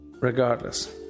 Regardless